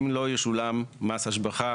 אם לא ישולם מס השבחה